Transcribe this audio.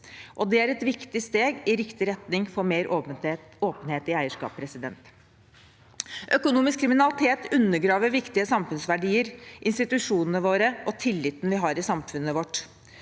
det er et viktig steg i riktig retning for mer åpenhet i eierskap. Økonomisk kriminalitet undergraver viktige samfunnsverdier, institusjonene våre og tilliten vi har i samfunnet vårt.